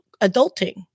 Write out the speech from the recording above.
adulting